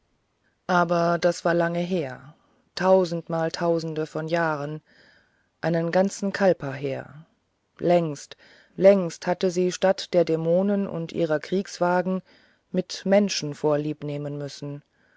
aber das war lange her tausend mal tausende von jahren einen ganzen kalpa her längst längst hatte sie statt der dämonen und ihrer kriegswagen mit menschen vorlieb nehmen müssen